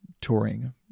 touring